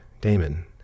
Damon